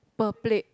per plate